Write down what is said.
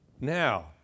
Now